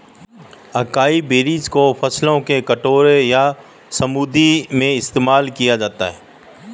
acai berries को फलों के कटोरे या स्मूदी में इस्तेमाल किया जा सकता है